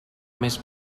més